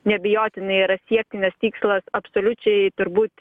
neabejotinai yra siektinas tikslas absoliučiai turbūt